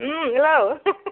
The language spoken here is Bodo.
उम हेल'